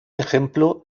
ejemplo